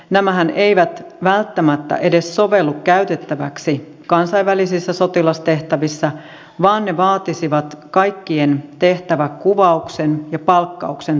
nämähän eivät välttämättä edes sovellu käytettäviksi kansainvälisissä sotilastehtävissä vaan ne vaatisivat kaikkien tehtävänkuvauksien ja palkkauksen tarkistamisen